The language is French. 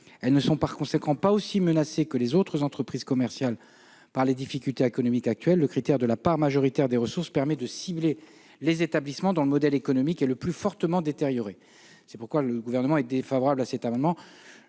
ils ne sont donc pas aussi menacés que les autres entreprises commerciales par les difficultés économiques actuelles. Le critère de la part majoritaire des ressources permet de cibler les établissements dont le modèle économique est le plus fortement détérioré. Le Gouvernement est donc défavorable à cet amendement.